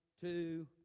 two